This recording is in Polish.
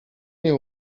nie